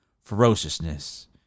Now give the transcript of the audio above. ferociousness